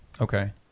Okay